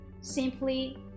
simply